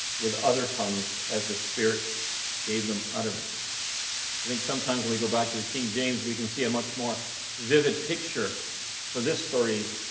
with other tongues as the spirit gave them utterance. i think sometimes when we go back to the king james we can see a much more vivid picture for this story.